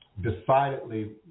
decidedly